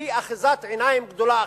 היא אחיזת עיניים גדולה.